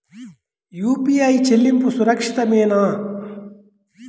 UPI చెల్లింపు సురక్షితమేనా?